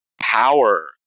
power